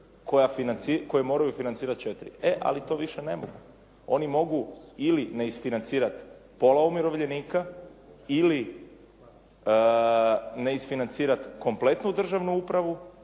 koja moraju financirati četiri. E ali to više ne mogu. Oni mogu ili ne isfinancirati pola umirovljenika ili ne isfinancirat kompletnu državnu upravu